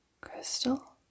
Crystal